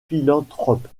philanthrope